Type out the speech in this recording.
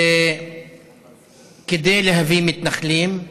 כדי להביא מתנחלים,